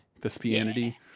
thespianity